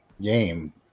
game